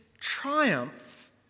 triumph